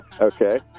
Okay